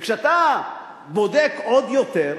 וכשאתה בודק עוד יותר,